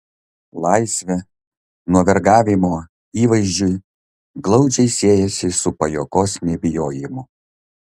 laisvė nuo vergavimo įvaizdžiui glaudžiai siejasi su pajuokos nebijojimu